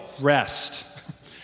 rest